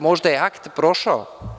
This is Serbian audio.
Možda je akt prošao.